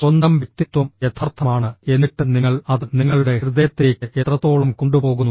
സ്വന്തം വ്യക്തിത്വം യഥാർത്ഥമാണ് എന്നിട്ട് നിങ്ങൾ അത് നിങ്ങളുടെ ഹൃദയത്തിലേക്ക് എത്രത്തോളം കൊണ്ടുപോകുന്നു